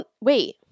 wait